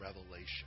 revelation